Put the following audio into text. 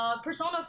Persona